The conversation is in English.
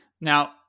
Now